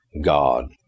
God